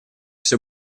все